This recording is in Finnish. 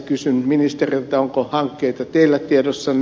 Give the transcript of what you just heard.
kysyn ministeriltä onko hankkeita teillä tiedossanne